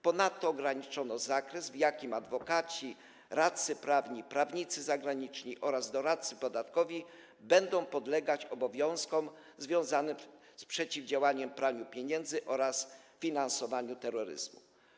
Ponadto ograniczono zakres, w jakim adwokaci, radcy prawni, prawnicy zagraniczni oraz doradcy podatkowi będą podlegać obowiązkom związanym z przeciwdziałaniem praniu pieniędzy oraz finansowaniu terroryzmu.